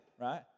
right